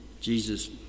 Jesus